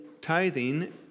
tithing